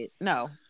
No